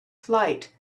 flight